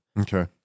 Okay